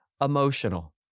emotional